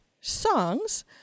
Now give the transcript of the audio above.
songs